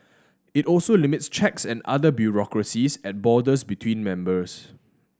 it also limits checks and other bureaucracies at borders between members